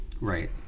Right